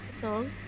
Song